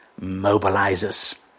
mobilizes